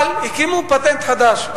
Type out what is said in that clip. אבל הקימו פטנט חדש,